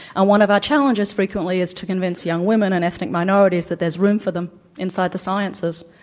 and one of our challenges frequently is to convince young women and ethnic minorities that there's room for them inside the sciences.